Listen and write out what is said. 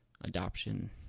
adoption